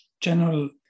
general